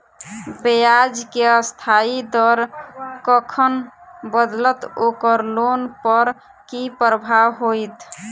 ब्याज केँ अस्थायी दर कखन बदलत ओकर लोन पर की प्रभाव होइत?